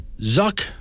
Zuck